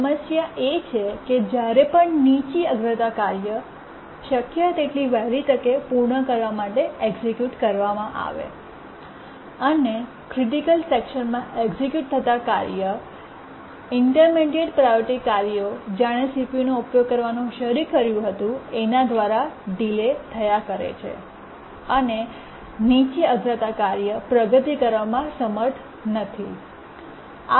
સમસ્યા એ છે કે જ્યારે પણ નીચી અગ્રતા કાર્ય શક્ય તેટલી વહેલી તકે પૂર્ણ કરવા માટે એક્સિક્યૂટ કરવામાં આવે અને ક્રિટિકલ સેકશનમાં એક્સિક્યૂટ થતા કાર્ય ઇન્ટર્મીડિએટ્ પ્રાયોરિટી કાર્યો જેણે CPUનો ઉપયોગ કરવાનું શરૂ કર્યું હતું એના દ્વારા ડિલે થયા કરે છે અને નીચી અગ્રતા કાર્ય પ્રગતિ કરવામાં સમર્થ ન હતું